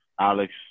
alex